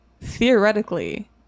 theoretically